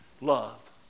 Love